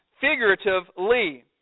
figuratively